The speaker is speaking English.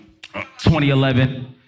2011